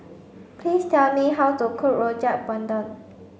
please tell me how to cook Rojak Bandung